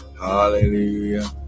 hallelujah